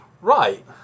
Right